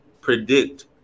predict